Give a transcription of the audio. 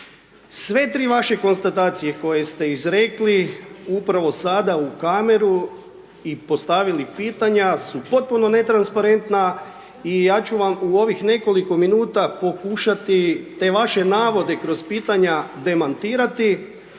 Sve tri vaše konstatacije koje ste izrekli upravo sada u kameru i postavili pitanja, su potpuno netransparentna i ja ću vam u ovih nekoliko minuta pokušati te vaše navode kroz pitanja demantirati